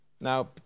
Now